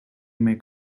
may